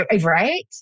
Right